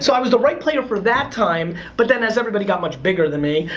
so i was the right player for that time, but then as everybody got much bigger than me,